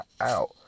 out